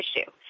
issue